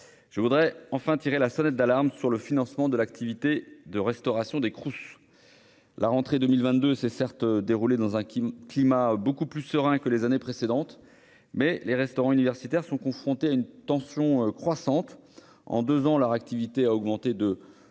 Je conclurai en tirant la sonnette d'alarme quant au financement de l'activité de restauration des Crous. Si, en 2022, la rentrée s'est déroulée dans un climat beaucoup plus serein que les années précédentes, les restaurants universitaires sont confrontés à une tension croissante. En deux ans, leur activité a augmenté, selon